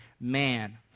man